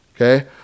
okay